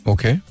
Okay